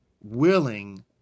willing